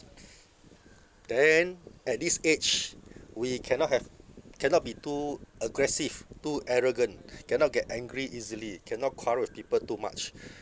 then at this age we cannot have cannot be too aggressive too arrogant cannot get angry easily cannot quarrel with people too much